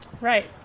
Right